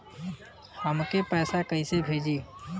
हमके पैसा कइसे भेजी?